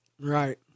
Right